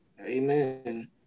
amen